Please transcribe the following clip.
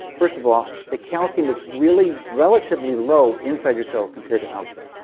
first of all, the calcium is really relatively low inside yourself compared to outside.